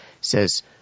says